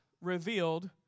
revealed